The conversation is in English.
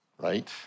right